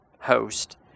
host